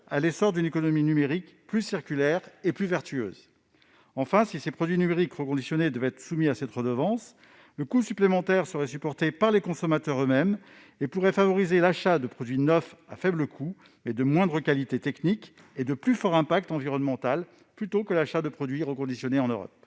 à l'essor d'une économie numérique plus circulaire et plus vertueuse. Enfin, si ces produits numériques reconditionnés devaient être soumis à une telle redevance, le coût supplémentaire serait supporté par les consommateurs eux-mêmes. En conséquence, l'achat de produits neufs à faible coût, mais de moindre qualité technique et présentant un plus fort impact environnemental, pourrait être favorisé aux dépens de produits reconditionnés en Europe.